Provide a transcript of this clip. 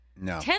No